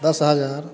दस हज़ार